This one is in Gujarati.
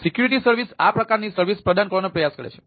સિક્યુરિટી સર્વિસ આ પ્રકારની સર્વિસઓ પ્રદાન કરવાનો પ્રયાસ કરે છે